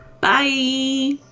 Bye